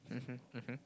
mmhmm mmhmm